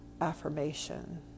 affirmation